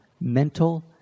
mental